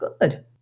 good